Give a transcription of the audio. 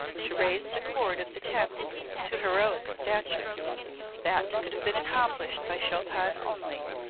to raise the chord of the tenth to heroic stature that could have been accomplished by chopin only.